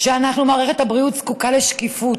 שמערכת הבריאות זקוקה לשקיפות.